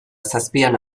zazpian